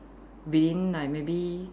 being like maybe